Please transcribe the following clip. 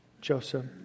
Joseph